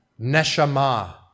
neshama